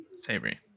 Savory